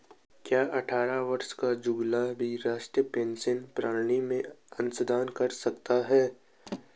क्या अट्ठारह वर्ष का जुगल भी राष्ट्रीय पेंशन प्रणाली में अंशदान कर सकता है?